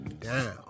down